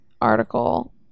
article